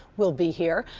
will be here.